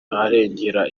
arengera